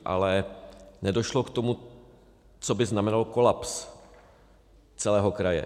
Ale nedošlo k tomu, co by znamenalo kolaps celého kraje.